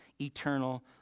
eternal